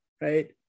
right